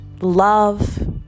love